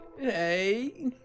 Hey